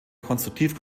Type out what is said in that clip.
konstruktiv